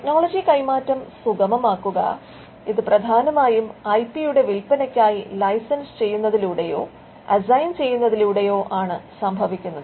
technology കൈമാറ്റം സുഗമമാക്കുക ഇത് പ്രധാനമായും ഐ പി യുടെ വിൽപ്പനയ്ക്കായി ലൈസൻസ് ചെയ്യുന്നതിലൂടെയോ അസൈൻ ചെയ്യുന്നതിലൂടെയോ ആണ് സംഭവിക്കുന്നത്